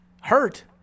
Hurt